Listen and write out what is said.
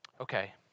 okay